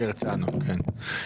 אתה